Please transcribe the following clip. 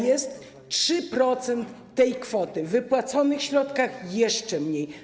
Jest 3% tej kwoty, w wypłaconych środkach jeszcze mniej.